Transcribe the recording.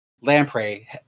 lamprey